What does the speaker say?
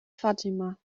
fatima